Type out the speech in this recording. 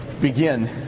begin